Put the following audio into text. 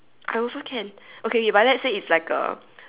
I also can okay but let's say it's like a